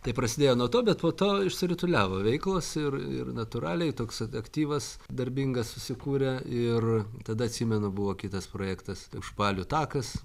tai prasidėjo nuo to be to išsirutuliavo veiklos ir ir natūraliai toks vat aktyvas darbingas susikūrę ir tada atsimenu buvo kitas projektas užpalių takas